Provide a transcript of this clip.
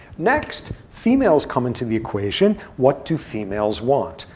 next, females come into the equation. what do females want?